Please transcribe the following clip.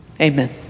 Amen